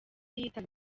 yitaba